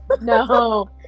No